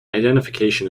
identification